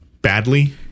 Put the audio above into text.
badly